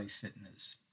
Fitness